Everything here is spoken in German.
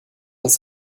das